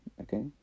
Okay